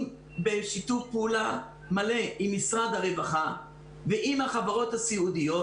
בשיתוף פעולה מלא עם משרד הרווחה ועם החברות הסיעודיות,